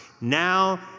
Now